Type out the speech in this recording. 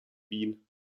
wien